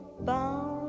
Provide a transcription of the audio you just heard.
bound